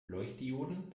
leuchtdioden